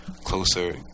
closer